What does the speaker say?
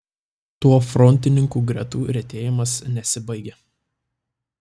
tuo frontininkų gretų retėjimas nesibaigia